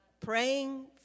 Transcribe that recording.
Praying